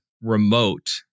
remote